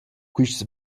quists